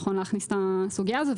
נכון להכניס את הסוגיה הזאת.